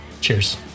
Cheers